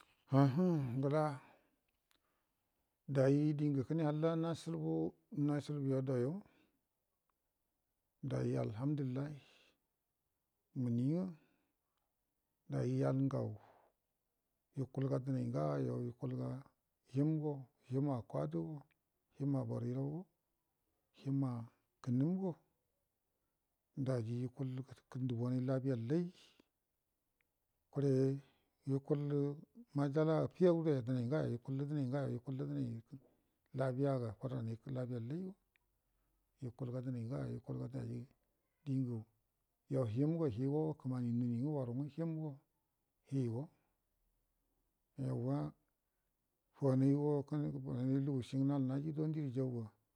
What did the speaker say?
Um hamm ngəla daji dingə kəne hallah nashubu nashabu adayo daji alhamdulillahi məni nga daji yal ngau yukulga dənai ngayo yukulga himgo hima kwadəgo hima yiraugo hima kənamgo daji yukull kəndibuwanai labiyallai kure yukullə ma sala affiya daya dənai ngayo yukullə dənai ngayo yukullə labiyallai yukulga dənai ngayo yukulga dənai dingə yo hin go higo kəmani ngə nuni ngə waru nga him higo nawwa wanigo kəne lugushi ngə nal noji dandirə jauga.